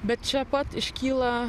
bet čia pat iškyla